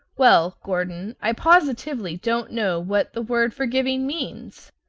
well, gordon, i positively don't know what the word forgiving means.